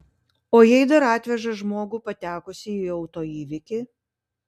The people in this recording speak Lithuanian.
o jei dar atveža žmogų patekusį į auto įvykį